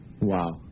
Wow